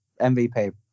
MVP